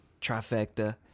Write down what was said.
trifecta